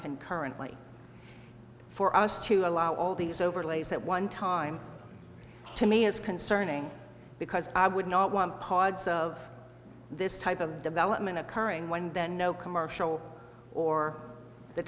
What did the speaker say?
concurrently for us to allow all these overlays at one time to me is concerning because i would not want parts of this type of development occurring when then no commercial or the